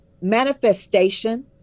manifestation